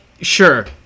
sure